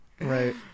right